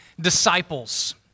disciples